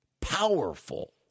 powerful